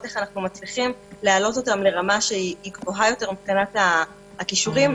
איך להעלות אותה לרמה גבוהה יותר מבחינת הכישורים.